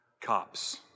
cops